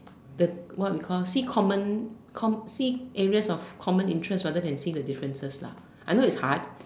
the what we call see common comm~ see areas of common interest rather than see the differences lah I know it's hard